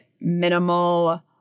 minimal